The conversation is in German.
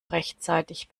rechtzeitig